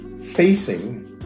facing